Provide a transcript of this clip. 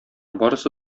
барысы